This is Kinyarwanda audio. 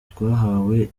twahawe